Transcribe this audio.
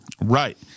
right